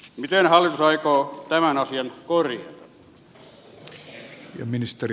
miten hallitus aikoo tämän asian korjata